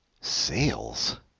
Sales